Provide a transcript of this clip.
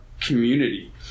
community